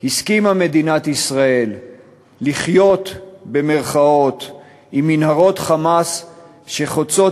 הסכימה מדינת ישראל לחיות עם מנהרות "חמאס" שחוצות